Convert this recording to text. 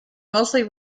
mostly